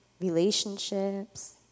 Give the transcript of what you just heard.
relationships